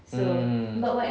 mm